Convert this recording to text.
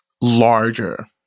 larger